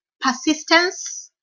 persistence